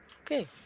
Okay